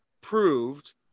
proved